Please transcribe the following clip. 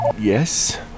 Yes